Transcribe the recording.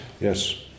Yes